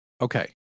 Okay